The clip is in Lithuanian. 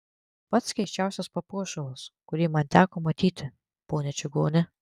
pats keisčiausias papuošalas kurį man teko matyti ponia čigone